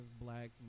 blacks